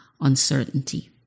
uncertainty